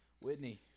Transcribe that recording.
Whitney